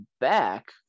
back